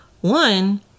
One